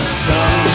sun